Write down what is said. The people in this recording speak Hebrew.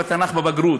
בתנ"ך בבגרות,